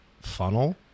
funnel